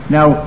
Now